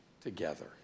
together